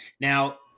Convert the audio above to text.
Now